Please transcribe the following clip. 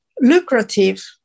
lucrative